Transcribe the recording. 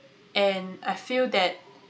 and I feel that